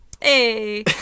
Hey